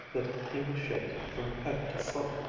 that he was shaking from head to foot.